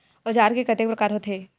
औजार के कतेक प्रकार होथे?